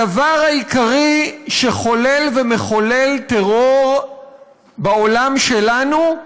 הדבר העיקרי שחולל ומחולל טרור בעולם שלנו,